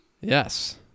Yes